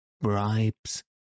bribes